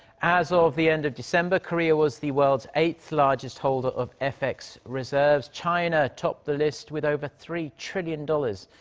as of the end of december, korea was the world's eighth largest holder of fx reserves. china topped the list with over three trillion dollars,